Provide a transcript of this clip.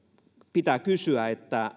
pitää kysyä